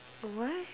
what